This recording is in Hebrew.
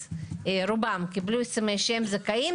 רובם קיבלו SMS שהם זכאים,